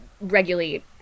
regulate